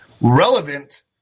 Relevant